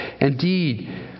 Indeed